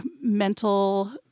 mental